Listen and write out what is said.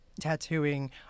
tattooing